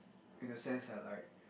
in a sense I like